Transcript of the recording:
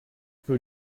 für